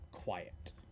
Quiet